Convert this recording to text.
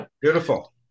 Beautiful